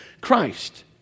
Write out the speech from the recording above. Christ